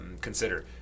Consider